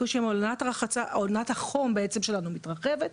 עונת החום בעצם שלנו מתרחבת,